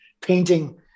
painting